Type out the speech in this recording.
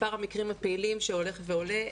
מספר המקרים הפעילים שהולך ועולה.